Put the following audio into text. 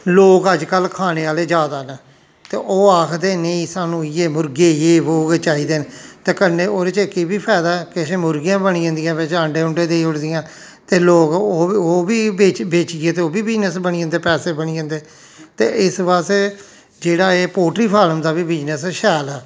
लोक अजकल्ल खाने आह्ले जैदा न ते ओह् आखदे नेईं सानूं इ'यै मुर्गे जे बो गै चाहिदे न ते कन्नै ओह्दे च इक एह् बी फायदा ऐ किश मुर्गियां बनी जंदिया बिच्च आंडे ऊंडे देई ओड़दियां ते लोक ओह् ओह् बी ओह् बी बेच बेचियै ते ओह् बी बिजनस बनी जंदे पैसे बनी जंदे ते इस बास्ते जेहड़ा एह् पोल्टरी फार्म दा बी बिजनस शैल ऐ